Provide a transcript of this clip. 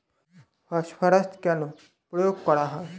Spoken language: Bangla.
ফসফরাস কেন প্রয়োগ করা হয়?